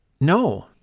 No